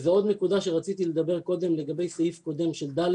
וזאת עוד נקודה שרציתי לדבר קודם לגבי סעיף קודם של ד',